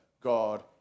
God